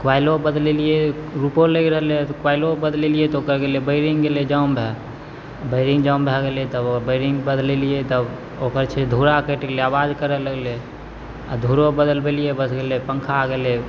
क्वाइलो बदलेलियै रुपो लागि रहलय हन तऽ क्वाइलो बदलेलियै तऽ ओकर बैरिंग गेलय जाम भए बैरिंग जाम भए गेलय तब ओ बैरिंग बदलेलियै तब ओकर फेर धूरा कटि गेलय आवाज करय लगलय आओर धूरो बदलबेलियै बस गेलय पंखा गेलय